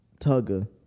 Tugger